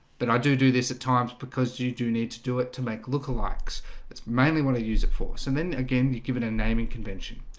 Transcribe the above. but i do do this at times because you do need to do it to make look-alikes it's mainly want to use it for us. and then again you give it a naming convention.